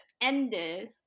ended